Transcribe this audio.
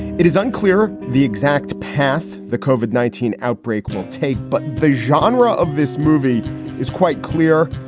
it is unclear the exact path the covered nineteen outbreak will take, but the genre of this movie is quite clear.